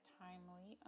timely